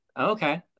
Okay